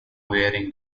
wearing